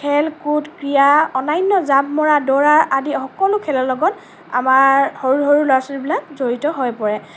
খেল কুড ক্ৰীড়া অন্য়ান্য জাপ মৰা দৌৰা আদি সকলো খেলৰ লগত আমাৰ সৰু সৰু ল'ৰা ছোৱালীবিলাক জড়িত হৈ পৰে